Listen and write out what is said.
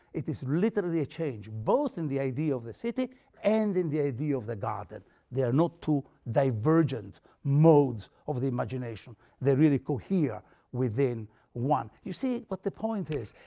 it is literally a change, both in the idea of the city and in the idea of the garden. they are not two divergent modes of the imaginatio they really cohere within one. you see what the point is.